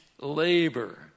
labor